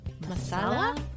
masala